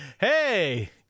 hey